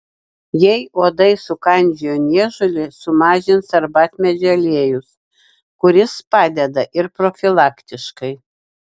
jei uodai sukandžiojo niežulį sumažins arbatmedžio aliejus kuris padeda ir profilaktiškai